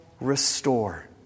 restore